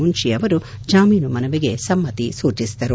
ಮುನ್ನಿ ಅವರು ಜಾಮೀನು ಮನವಿಗೆ ಸಮ್ಹಿ ಸೂಚಿಸಿದರು